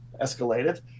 escalated